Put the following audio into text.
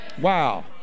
Wow